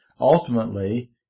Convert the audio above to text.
ultimately